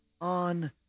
on